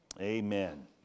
Amen